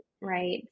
right